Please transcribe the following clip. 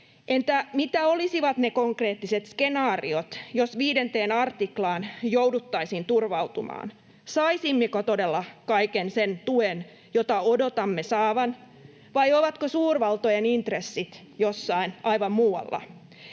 Entä mitä olisivat ne konkreettiset skenaariot, jos 5 artiklaan jouduttaisiin turvautumaan? Saisimmeko todella kaiken sen tuen, jota odotamme saavamme, vai ovatko suurvaltojen intressit jossain aivan muualla?